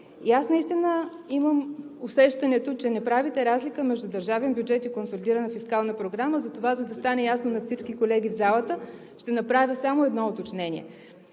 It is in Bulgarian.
И аз наистина имам усещането, че не правите разлика между държавен бюджет и консолидирана фискална програма. Затова, за да стане ясно на всички колеги в залата, ще направя само едно уточнение: